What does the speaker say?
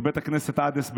בבית הכנסת עדס בירושלים.